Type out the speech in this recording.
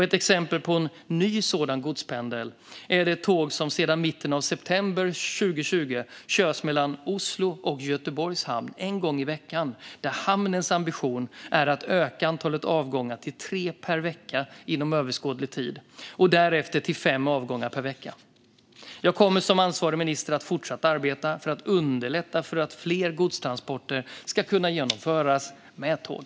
Ett exempel på en ny sådan godspendel är det tåg som sedan mitten av september 2020 körs mellan Oslo och Göteborgs hamn en gång i veckan, där hamnens ambition är att öka antalet avgångar till tre per vecka inom överskådlig tid och därefter till fem avgångar per vecka. Jag kommer som ansvarig minister att fortsatt arbeta för att underlätta för att fler godstransporter ska kunna genomföras med tåg.